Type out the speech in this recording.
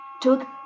took